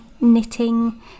knitting